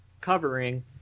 covering